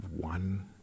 one